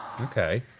Okay